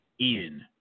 Ian